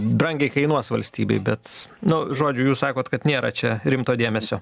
brangiai kainuos valstybei bet nu žodžiu jūs sakot kad nėra čia rimto dėmesio